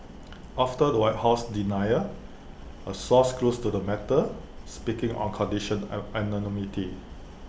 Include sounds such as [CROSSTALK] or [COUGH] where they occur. after the white house denial A source close to the matter speaking on condition [HESITATION] anonymity